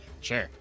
Sure